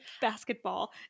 basketball